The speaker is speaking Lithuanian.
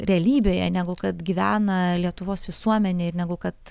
realybėje negu kad gyvena lietuvos visuomenė ir negu kad